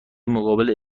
مقابل